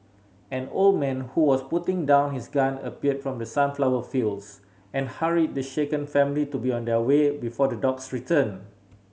an old man who was putting down his gun appeared from the sunflower fields and hurried the shaken family to be on their way before the dogs return